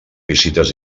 visites